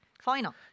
final